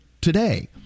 today